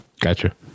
Gotcha